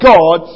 God